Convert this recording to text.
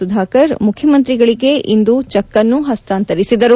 ಸುಧಾಕರ್ ಮುಖ್ಯಮಂತ್ರಿಗಳಿಗೆ ಇಂದು ಚೆಕ್ಅನ್ನು ಹಸ್ತಾಂತರಿಸಿದರು